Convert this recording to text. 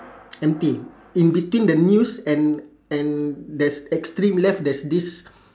empty in between the news and and there's extreme left there's this